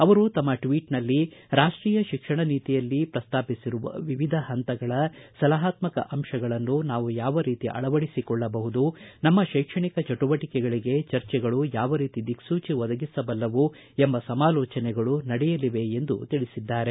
ಅವರು ತಮ್ಮ ಟ್ವೀಟ್ನಲ್ಲಿ ರಾಷ್ಟೀಯ ಶಿಕ್ಷಣ ನೀತಿಯಲ್ಲಿ ಪ್ರಸ್ತಾಪಿಸಿರುವ ವಿವಿಧ ಪಂತಗಳ ಸಲಹಾತ್ಮಕ ಅಂಶಗಳನ್ನು ನಾವು ಯಾವ ರೀತಿ ಅಳವಡಿಸಿಕೊಳ್ಳಬಹುದು ನಮ್ಮ ಶೈಕ್ಷಣಿಕ ಚಟುವಟಿಕೆಗಳಿಗೆ ಚರ್ಚೆಗಳು ಯಾವ ರೀತಿ ದಿಕ್ಲೂಚಿ ಒದಗಿಸಬಲ್ಲವು ಎಂಬ ಸಮಾಲೋಜನಗಳು ನಡೆಯಲಿವೆ ಎಂದು ತಿಳಿಸಿದ್ದಾರೆ